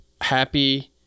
happy